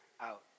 out